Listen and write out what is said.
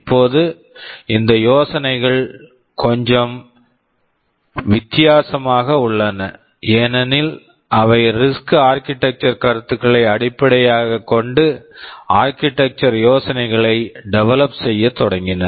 இப்போது இந்த யோசனைகள் கொஞ்சம் வித்தியாசமாக உள்ளன ஏனெனில் அவை ரிஸ்க் RISC ஆர்க்கிடெக்சர் architecture கருத்துக்களை அடிப்படையாகக் கொண்டு ஆர்க்கிடெக்சர் architecture யோசனைகளை டெவெலப் develop செய்ய தொடங்கின